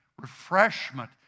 refreshment